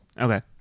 Okay